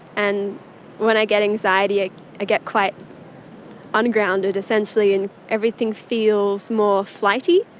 and when i get anxiety ah i get quite un-grounded essentially and everything feels more flighty.